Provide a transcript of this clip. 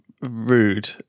rude